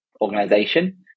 organization